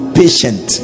patient